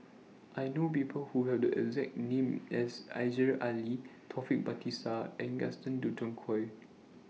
I know People Who Have The exact name as Aziza Ali Taufik Batisah and Gaston Dutronquoy